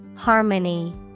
Harmony